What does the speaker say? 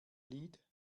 lied